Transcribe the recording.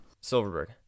Silverberg